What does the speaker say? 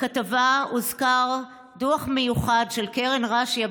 בכתבה הוזכר דוח מיוחד של קרן רש"י,